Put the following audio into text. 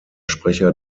sprecher